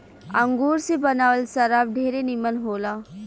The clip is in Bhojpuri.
अंगूर से बनावल शराब ढेरे निमन होला